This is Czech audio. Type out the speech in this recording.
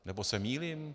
Nebo se mýlím?